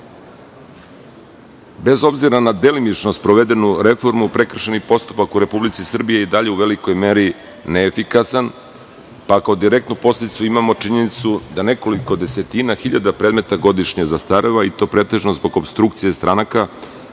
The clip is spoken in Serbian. obzira na delimično sprovedenu reformu prekršajnih postupaka u Republici Srbiji, i dalje je u velikoj meri neefikasan, tako da direktnu posledicu imamo činjenicu da nekoliko desetina hiljada predmeta godišnje zastareva, i to pretežno zbog opstrukcije stranaka,